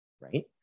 Right